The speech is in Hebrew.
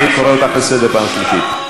אני קורא אותך לסדר פעם שלישית.